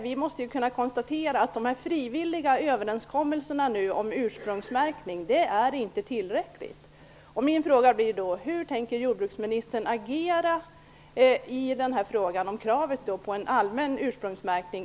Vi måste konstatera att det inte är tillräckligt med de frivilliga överenskommelserna om ursprungsmärkning.